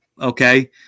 okay